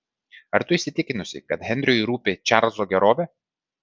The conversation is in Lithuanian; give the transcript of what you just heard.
ar tu įsitikinusi kad henriui rūpi čarlzo gerovė